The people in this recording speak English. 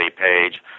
Page